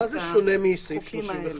מה זה שונה מסעיף 35?